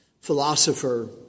philosopher